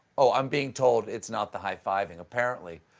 oh, i'm being told it's not the high-fiving. apparently,